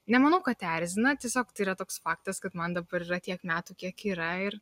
nemanau kad erzina tiesiog tai yra toks faktas kad man dabar yra tiek metų kiek yra ir